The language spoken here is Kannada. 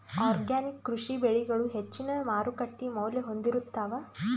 ಆರ್ಗ್ಯಾನಿಕ್ ಕೃಷಿ ಬೆಳಿಗಳು ಹೆಚ್ಚಿನ್ ಮಾರುಕಟ್ಟಿ ಮೌಲ್ಯ ಹೊಂದಿರುತ್ತಾವ